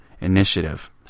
initiative